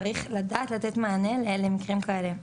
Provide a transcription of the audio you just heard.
צריך לדעת לתת מענה למקרים כאלה.